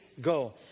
go